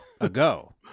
Ago